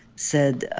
said,